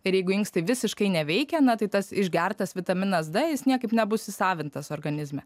ir jeigu inkstai visiškai neveikia na tai tas išgertas vitaminas d jis niekaip nebus įsisavintas organizme